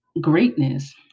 greatness